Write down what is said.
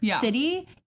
City